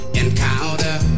encounter